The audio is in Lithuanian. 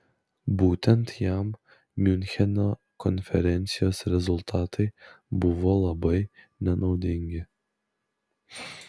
būtent jam miuncheno konferencijos rezultatai buvo labai nenaudingi